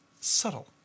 Subtle